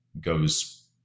goes